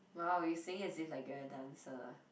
wow you saying as if like you're a dancer ah